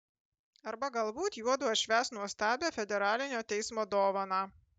arba galbūt juodu atšvęs nuostabią federalinio teismo dovaną